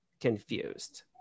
confused